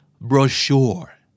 Brochure